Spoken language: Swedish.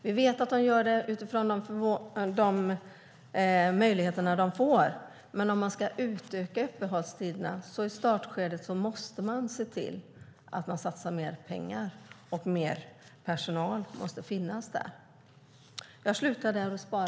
Vi vet att de gör det utifrån de möjligheter de får, men om man ska utöka öppettiderna måste man i startskedet se till att man satsar mer pengar, och mer personal måste finnas där.